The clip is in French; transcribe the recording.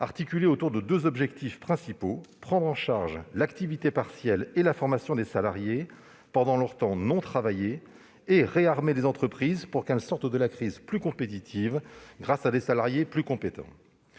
articulé autour de deux objectifs principaux : prendre en charge l'activité partielle et la formation des salariés pendant leur temps non travaillé et réarmer les entreprises pour qu'elles sortent de la crise plus compétitives, grâce à des salariés plus compétents.